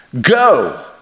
Go